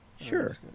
sure